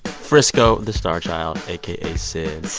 frisco the star child, aka syd.